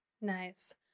nice